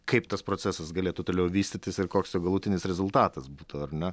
kaip tas procesas galėtų toliau vystytis ir koks jo galutinis rezultatas būtų ar ne